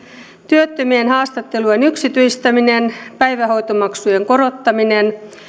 työttömien haastattelujen yksityistäminen päivähoitomaksujen korottaminen